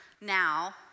now